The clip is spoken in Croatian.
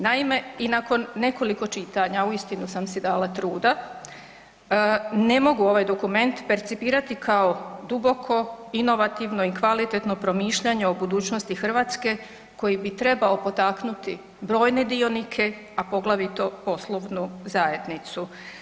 Naime, i nakon nekoliko čitanja, uistinu sam si dala truda, ne mogu ovaj dokument percipirati kao duboko, inovativno i kvalitetno promišljanje o budućnosti Hrvatske koji bi trebao potaknuti brojne dionike a poglavito poslovnu zajednicu.